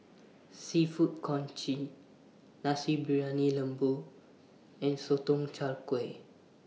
Seafood Congee Nasi Briyani Lembu and Sotong Char Kway